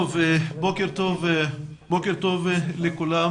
בוקר טוב לכולם,